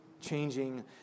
changing